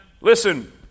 Listen